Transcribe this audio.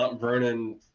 Vernon